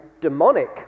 demonic